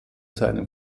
seinen